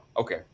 Okay